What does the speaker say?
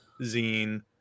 zine